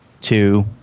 two